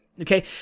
okay